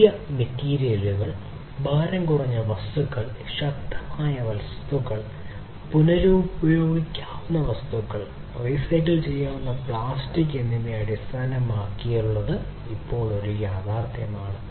പുതിയ മെറ്റീരിയലുകൾ ഭാരം കുറഞ്ഞ വസ്തുക്കൾ ശക്തമായ വസ്തുക്കൾ പുനരുപയോഗിക്കാവുന്ന വസ്തുക്കൾ റീസൈക്കിൾ ചെയ്യാവുന്ന പ്ലാസ്റ്റിക് എന്നിവ അടിസ്ഥാനപരമായി ഇപ്പോൾ ഒരു യാഥാർത്ഥ്യമാണ്